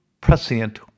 prescient